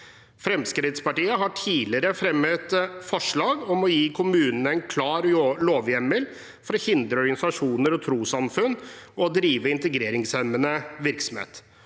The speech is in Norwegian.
Fremskrittspartiet har tidligere fremmet forslag om å gi kommunene en klar lovhjemmel for å hindre organisasjoner og trossamfunn i å drive integreringshemmende virksomhet.